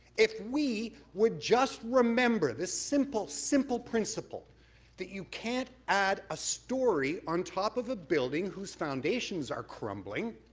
if we would just remember the simple, simple principle that you can't add a story on top of a building whose foundations are crumbling,